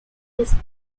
his